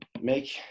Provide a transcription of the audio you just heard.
Make